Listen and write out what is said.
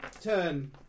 Turn